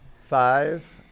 Five